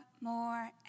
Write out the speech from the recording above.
more